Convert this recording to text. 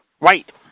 Right